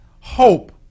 hope